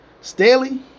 Staley